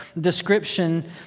description